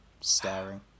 Staring